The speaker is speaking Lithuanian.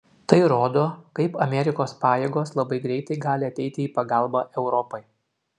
tai rodo kaip amerikos pajėgos labai greitai gali ateiti į pagalbą europai